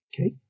okay